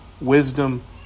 wisdom